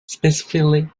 specifically